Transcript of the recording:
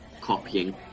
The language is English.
copying